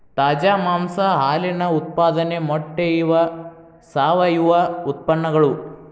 ತಾಜಾ ಮಾಂಸಾ ಹಾಲಿನ ಉತ್ಪಾದನೆ ಮೊಟ್ಟೆ ಇವ ಸಾವಯುವ ಉತ್ಪನ್ನಗಳು